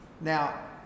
Now